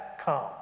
come